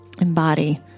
embody